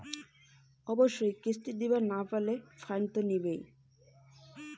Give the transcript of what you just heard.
কিস্তি দিবার না পাইলে কি কোনো ফাইন নিবে?